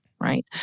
right